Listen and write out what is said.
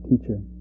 teacher